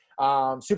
Super